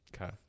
Okay